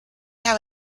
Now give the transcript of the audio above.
have